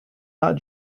not